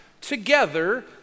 together